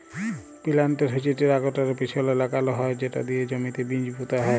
পিলান্টের হচ্যে টেরাকটরের পিছলে লাগাল হয় সেট দিয়ে জমিতে বীজ পুঁতা হয়